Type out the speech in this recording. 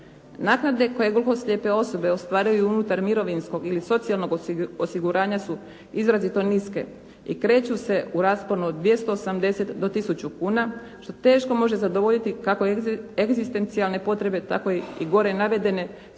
Naknade koje gluhoslijepe osobe ostvaruju unutar mirovinskog ili socijalnog osiguranja su izrazito niske i kreću se u rasponu od 280 do 1000 kuna što teško može zadovoljiti kako egzistencijalne potrebe tako i gore navedene